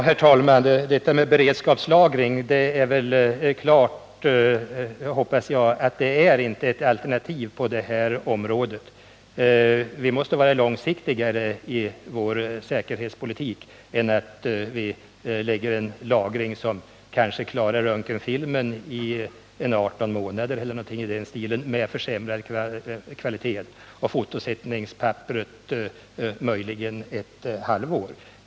Herr talman! Jag hoppas att det står klart att en beredskapslagring inte utgör något alternativ på detta område. Vi måste vara mera långsiktiga i vår säkerhetspolitik än att vi ordnar med en lagring som kanske klarar röntgenfilmen 18 månader med försämrad kvalitet och fotosättningspappret möjligen ett halvt år.